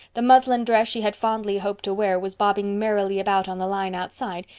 the muslin dress she had fondly hoped to wear was bobbing merrily about on the line outside,